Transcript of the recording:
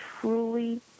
truly